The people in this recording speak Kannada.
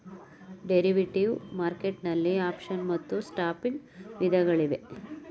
ಡೆರಿವೇಟಿವ್ ಮಾರ್ಕೆಟ್ ನಲ್ಲಿ ಆಪ್ಷನ್ ಮತ್ತು ಸ್ವಾಪಿಂಗ್ ವಿಧಗಳಿವೆ